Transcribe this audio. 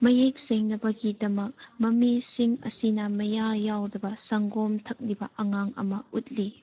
ꯃꯌꯦꯛ ꯁꯦꯡꯅꯕꯒꯤꯗꯃꯛ ꯃꯃꯤꯁꯤꯡ ꯑꯁꯤꯅ ꯃꯌꯥ ꯌꯥꯎꯗꯕ ꯁꯪꯒꯣꯝ ꯊꯛꯂꯤꯕ ꯑꯉꯥꯡ ꯑꯃ ꯎꯠꯂꯤ